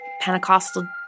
Pentecostal